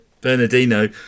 Bernardino